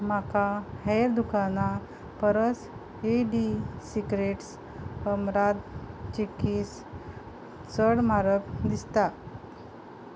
म्हाका हेर दुकानां परस ईडी सिक्रेट्स अमरात चिक्कीस चड म्हारग दिसता